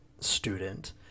student